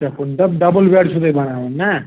شےٚ فُٹ دپ double bed چھُ تُہۍ بناوُن نا